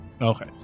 Okay